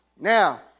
Now